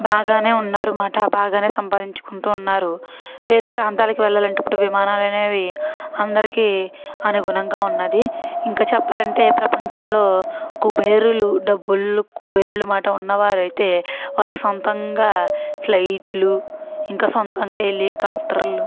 బాగానే ఉన్నారన్నమాట బాగానే సంపాదించుకుంటూ ఉన్నారు వేరే ప్రాంతాలకు వెళ్ళాలి అంటే ఇప్పుడు విమానాలు అనేవి అందరికీ అనుగుణంగా ఉన్నది ఇంకా చెప్పాలి అంటే ప్రపంచంలో కుబేరులు డబ్బులు కుబేరులు మాట ఉన్నవారు అయితే వాళ్ళకి సొంతంగా ఫ్లైట్లు ఇంకా సొంతంగా హెలికాప్టర్లు